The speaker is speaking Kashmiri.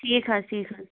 ٹھیٖک حظ ٹھیٖک حظ